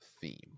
theme